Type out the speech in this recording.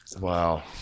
Wow